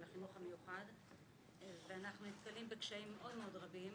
החינוך המיוחד ואנחנו נתקלים בקשיים מאוד מאוד רבים